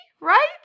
right